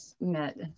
met